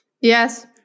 Yes